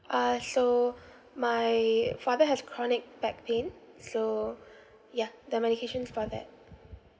uh so my father has chronic back pain so yeah the medication is for that